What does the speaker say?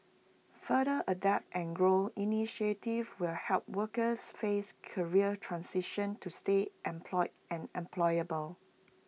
further adapt and grow initiatives will help workers face career transitions to stay employed and employable